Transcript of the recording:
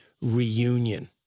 Reunion